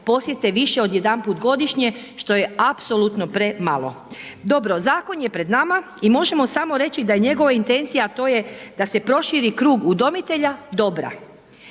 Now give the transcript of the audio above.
posjete više odjedanput godišnje što je apsolutno premalo. Dobro, zakon je pred nama i možemo samo reći da je njegova intencija da se proširi krug udomitelja, dobra.